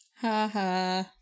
Haha